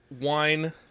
wine